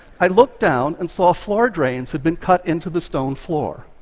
i looked down and saw floor drains had been cut into the stone floor.